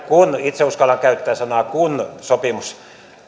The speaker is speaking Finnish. kun itse uskallan käyttää sitä sanaa sopimus